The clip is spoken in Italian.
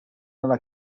nella